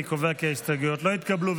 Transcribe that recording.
אני קובע כי ההסתייגויות לא נתקבלו.